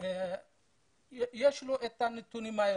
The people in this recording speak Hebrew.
יש את הנתונים.